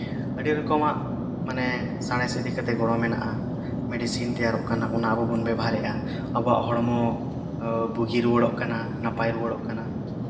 ᱟᱹᱰᱤ ᱨᱚᱠᱚᱢᱟᱜ ᱢᱟᱱᱮ ᱥᱟᱬᱮᱥ ᱤᱫᱤ ᱠᱟᱛᱮᱫ ᱜᱚᱲᱚ ᱢᱮᱱᱟᱜᱼᱟ ᱢᱮᱰᱤᱥᱤᱱ ᱛᱮᱭᱟᱨᱚᱜ ᱠᱟᱱᱟ ᱚᱱᱟ ᱟᱵᱚ ᱵᱚᱱ ᱵᱮᱵᱷᱟᱨᱮᱫᱼᱟ ᱟᱵᱚᱣᱟᱜ ᱦᱚᱲᱢᱚ ᱵᱩᱜᱤ ᱨᱩᱣᱟᱹᱲᱚᱜ ᱠᱟᱱᱟ ᱱᱟᱯᱟᱭ ᱨᱩᱣᱟᱹᱲᱚᱜ ᱠᱟᱱᱟ